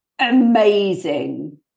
amazing